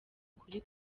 ukuri